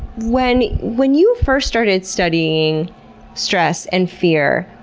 when when you first started studying stress and fear,